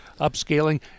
upscaling